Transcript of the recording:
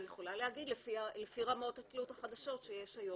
אני יכולה להגיד לפי רמות התלות החדשות שיש היום.